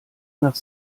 nach